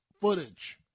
footage